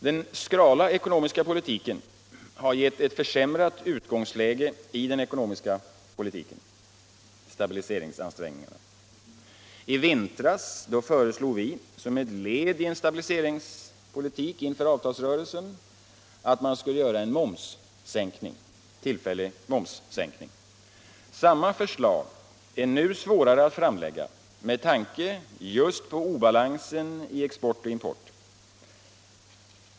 Den skrala ekonomiska politiken har givit ett försämrat utgångsläge i stabiliseringsansträngningarna. I vintras föreslog vi som ett led i en stabiliseringspolitik inför avtalsrörelsen att man skulle göra en tillfällig momssänkning. Samma förslag är nu svårare att framlägga med tanke just på obalansen i export och import.